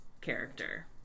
character